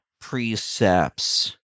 precepts